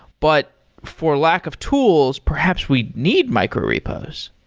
but for lack of tools, perhaps we need micro repos.